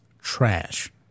trash